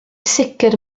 sicr